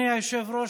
אדוני היושב-ראש,